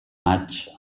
maig